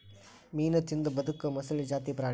ಮೇನಾ ತಿಂದ ಬದಕು ಮೊಸಳಿ ಜಾತಿ ಪ್ರಾಣಿ